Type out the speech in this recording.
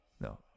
No